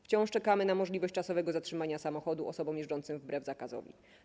Wciąż czekamy na możliwość czasowego zatrzymania samochodu osobom jeżdżącym wbrew zakazowi.